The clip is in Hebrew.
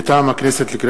מטעם הכנסת: